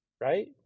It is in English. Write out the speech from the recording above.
Right